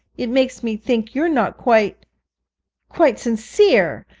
it makes me think you're not quite quite sincere!